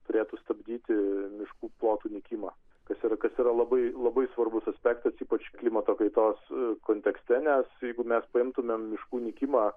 turėtų stabdyti miškų plotų nykimą kas yra kas yra labai labai svarbus aspektas ypač klimato kaitos kontekste nes jeigu mes priimtumėm miškų nykimą